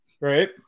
Right